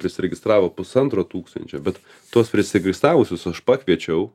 prisiregistravo pusantro tūkstančio bet tuos prisiregistravusius aš pakviečiau